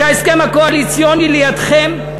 כשההסכם הקואליציוני לידכם,